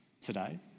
today